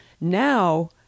Now